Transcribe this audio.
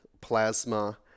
plasma